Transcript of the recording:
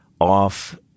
off